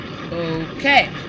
okay